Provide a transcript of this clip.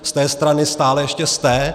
Z té strany stále ještě jste.